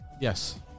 Yes